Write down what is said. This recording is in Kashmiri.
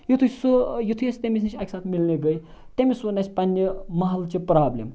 یُتھُے سُہ یُتھے أسۍ تمِس نِش اَکہِ ساتہٕ مِلنہِ گٔے تٔمِس ووٚن اَسہِ پنٛنہِ محلچہِ پرٛابلِم